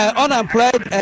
unemployed